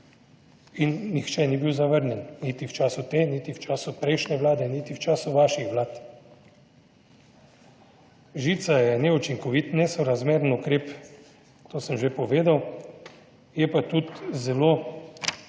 in nihče ni bil zavrnjen niti v času te niti v času prejšnje vlade niti v času vaših vlad. Žica je neučinkovit, nesorazmeren ukrep, to sem že povedal, je pa tudi zelo